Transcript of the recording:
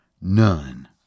none